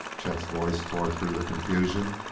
chet's voice tore through the confusion.